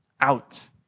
out